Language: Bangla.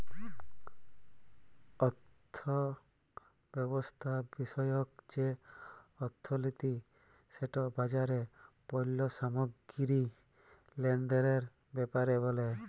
অথ্থব্যবস্থা বিষয়ক যে অথ্থলিতি সেট বাজারে পল্য সামগ্গিরি লেলদেলের ব্যাপারে ব্যলে